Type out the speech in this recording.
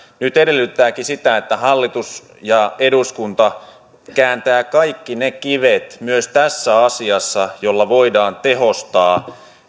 nyt edellytetäänkin sitä että hallitus ja eduskunta kääntävät kaikki ne kivet myös tässä asiassa joilla voidaan tehostaa